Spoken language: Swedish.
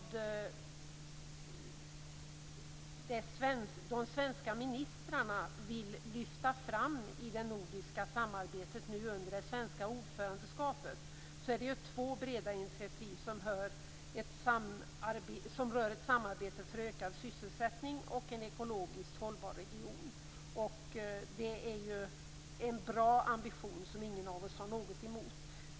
De svenska ministrarna vill under det svenska ordförandeskapet lyfta fram två breda initiativ i det nordiska samarbetet. Det gäller ett samarbete för ökad sysselsättning och en ekologiskt hållbar region. Det är en bra ambition, som ingen av oss har något emot.